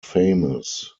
famous